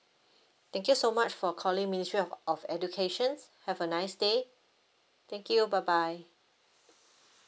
thank you so much for calling ministry of of educations have a nice day thank you bye bye